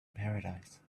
paradise